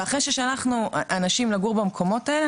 ואחרי ששלחנו אנשים לגור במקומות האלה,